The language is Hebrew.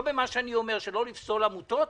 לא במה שאני אומר שלא לפסול עמותות,